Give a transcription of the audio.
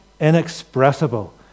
inexpressible